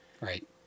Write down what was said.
Right